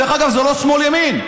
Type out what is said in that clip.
דרך אגב, זה לא שמאל ימין.